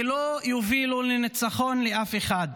ולא תוביל לניצחון לאף אחד.